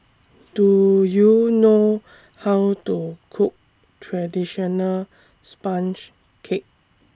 Do YOU know How to Cook Traditional Sponge Cake